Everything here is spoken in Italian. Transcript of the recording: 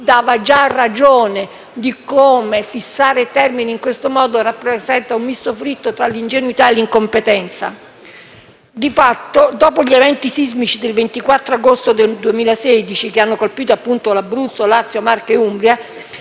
dimostravano già che fissare termini in questo modo rappresenta un misto fritto tra ingenuità e incompetenza. Di fatto, dopo gli eventi sismici del 24 agosto 2016, che hanno colpito appunto Abruzzo, Lazio, Marche e Umbria,